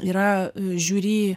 yra žiuri